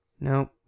No